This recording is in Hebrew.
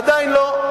עדיין לא.